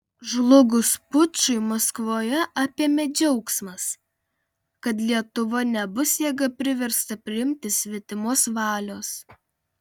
žlugus pučui maskvoje apėmė džiaugsmas kad lietuva nebus jėga priversta priimti svetimos valios